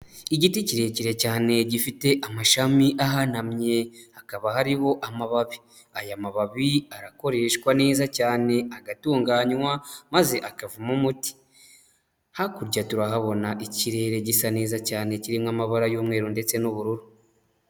Igiti kirekire cyane gifite amashami ahanamye, hakaba hariho amababi, aya mababi arakoreshwa neza cyane agatunganywa maze akavamo umuti, hakurya turahabona ikirere gisa neza cyane kiririmo amabara y'umweru ndetse n'ubururu.